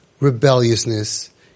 rebelliousness